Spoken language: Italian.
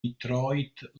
detroit